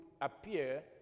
appear